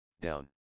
down